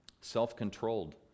Self-controlled